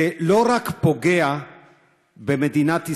זה לא רק פוגע במדינת ישראל,